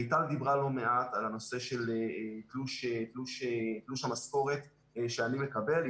מיטל דיברה לא מעט על הנושא של תלוש המשכורת שאני מקבל.